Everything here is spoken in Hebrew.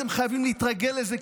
אתם חייבים להתרגל לזה,